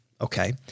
Okay